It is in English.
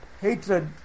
hatred